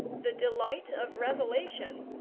the delight of revelation,